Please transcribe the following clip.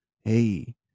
hey